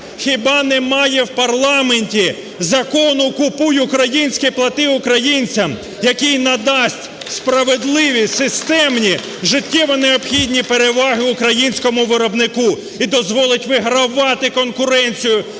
Хіба немає в парламенті Закону "Купуй українське, плати українцям", який надасть справедливі системні, життєво необхідні переваги українському виробнику і дозволить вигравати конкуренцію